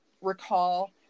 recall